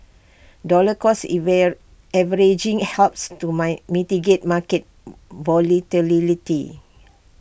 dollar cost averaging helps to my mitigate market volatility